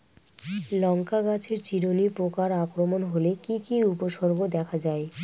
লঙ্কা গাছের চিরুনি পোকার আক্রমণ হলে কি কি উপসর্গ দেখা যায়?